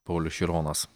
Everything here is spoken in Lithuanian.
paulius šironas